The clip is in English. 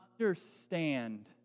understand